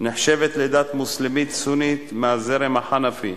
נחשבת לדת מוסלמית-סונית מהזרם החנפי.